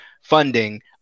funding